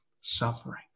suffering